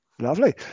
Lovely